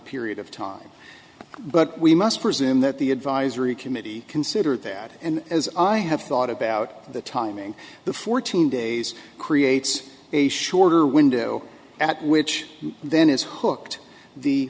period of time but we must presume that the advisory committee consider that and as i have thought about the timing the fourteen days creates a shorter window at which then is hawked the